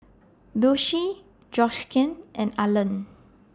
Doshie Georgiann and Arland